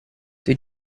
they